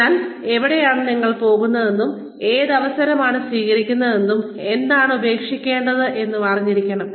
അതിനാൽ എവിടേക്കാണ് നിങ്ങൾ പോകുന്നതെന്നും ഏത് അവസരമാണ് സ്വീകരിക്കേണ്ടതെന്നും ഏതാണ് ഉപേക്ഷിക്കേണ്ടതെന്നും അറിഞ്ഞിരിക്കണം